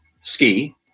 ski